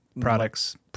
products